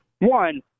one